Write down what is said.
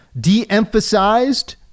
de-emphasized